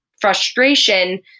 frustration